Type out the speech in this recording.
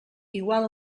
igual